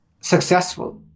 successful